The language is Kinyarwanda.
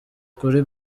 kuri